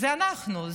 זה אנחנו,